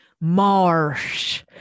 marsh